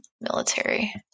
military